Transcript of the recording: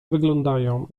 wyglądają